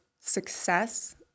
success